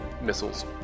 missiles